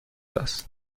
است